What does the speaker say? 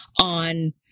on